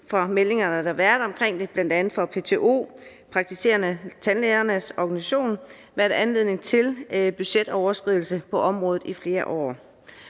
på meldinger, der har været omkring det, bl.a. fra PTO, Praktiserende Tandlægers Organisation, været anledningen til budgetoverskridelser på området i flere år.